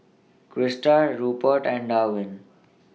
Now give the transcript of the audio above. Crysta Rupert and Darwin